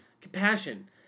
compassion